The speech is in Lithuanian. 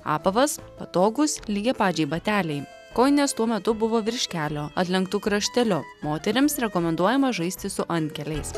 apavas patogūs lygiapadžiai bateliai kojinės tuo metu buvo virš kelio atlenktu krašteliu moterims rekomenduojama žaisti su antkeliais